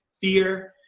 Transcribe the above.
Fear